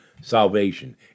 salvation